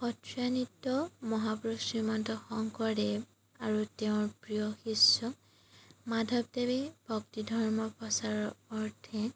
সত্ৰীয়া নৃত্য মহাপুৰুষ শ্ৰীমন্ত শংকৰদেৱ আৰু তেওঁৰ প্ৰিয় শিষ্য মাধৱদেৱে ভক্তি ধৰ্ম প্ৰচাৰৰ অৰ্থে